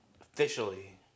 Officially